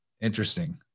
Interesting